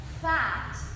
fat